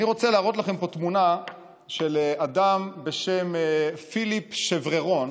אני רוצה להראות לכם פה תמונה של אדם בשם פיליפ שבררון.